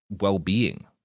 well-being